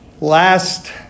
last